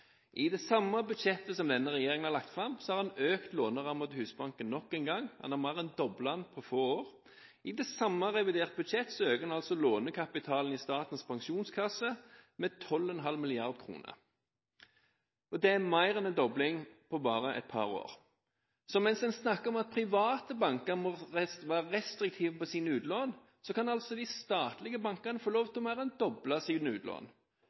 I det samme budsjettet som denne regjeringen har lagt fram, har en økt lånerammen til Husbanken nok en gang – en har mer enn doblet den på få år. I det samme reviderte budsjettet øker en altså lånekapitalen i Statens pensjonskasse med 12,5 mrd. kr. Det er mer enn en dobling på bare et par år. Så mens en snakker om at private banker må være restriktive med sine utlån, kan de statlige bankene altså få lov til å mer enn doble sine utlån. Jeg klarer ikke å se at statlige utlånskroner har en